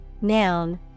noun